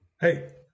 Hey